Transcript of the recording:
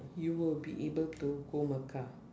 you will be able to go mecca